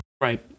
Right